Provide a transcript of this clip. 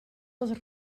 els